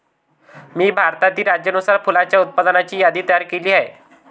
मी भारतातील राज्यानुसार फुलांच्या उत्पादनाची यादी तयार केली आहे